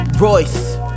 Royce